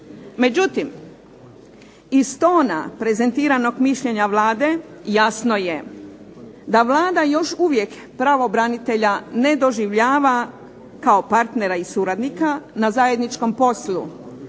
Međutim, iz tona prezentiranog mišljenja Vlade jasno je da Vlada još uvijek pravobranitelja ne doživljava kao partnera i suradnika na zajedničkom poslu,